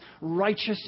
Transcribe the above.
righteous